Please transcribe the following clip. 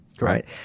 right